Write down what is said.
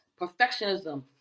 perfectionism